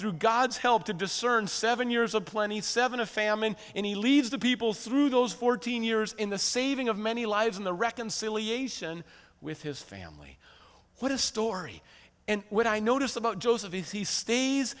through god's help to discern seven years of plenty seven of famine and he leaves the people through those fourteen years in the saving of many lives in the reconciliation with his family what a story and what i notice about joseph is he stays